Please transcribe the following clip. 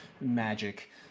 magic